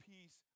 peace